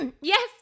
yes